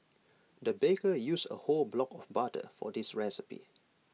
the baker used A whole block of butter for this recipe